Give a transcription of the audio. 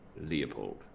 Leopold